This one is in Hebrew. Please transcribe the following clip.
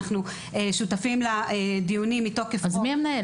אנחנו שותפים לדיון מתוקף חוק --- מי המנהל?